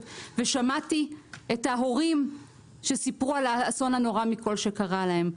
ושמעתי את ההורים שסיפרו על האסון הנורא מכול שקרה להם.